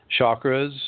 chakras